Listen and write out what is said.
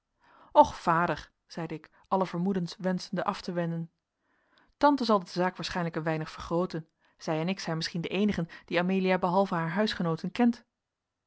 och vader zeide ik alle vermoedens wenschende af te wenden tante zal de zaak waarschijnlijk een weinig vergrooten zij en ik zijn misschien de eenigen die amelia behalve haar huisgenooten kent